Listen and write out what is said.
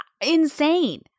insane